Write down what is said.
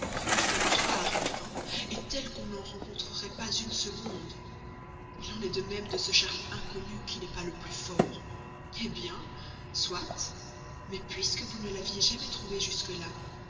une femme rare enfin telle qu'on n'en rencontrerait pas une seconde il en est de même de ce charme inconnu qui n'est pas le plus fort hé bien soit mais puisque vous ne l'aviez jamais trouvé jusques là